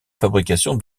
fabrication